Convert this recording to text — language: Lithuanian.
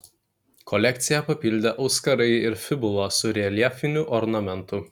kolekciją papildė auskarai ir fibula su reljefiniu ornamentu